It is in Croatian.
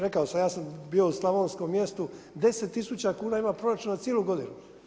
Rekao sam ja sam bio u slavonskom mjestu 10.000 kuna ima proračun za cijelu godinu.